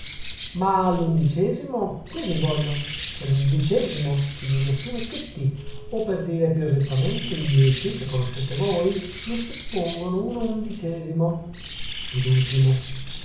ma all'undicesimo qui vi voglio c'è l'undicesimo che li riassume tutti o per dire più esattamente i dieci che conoscete voi ne suppongono un undicesimo ed ultimo